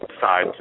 Side